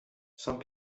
some